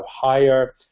higher